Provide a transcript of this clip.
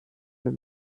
ein